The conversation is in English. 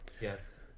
Yes